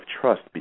trust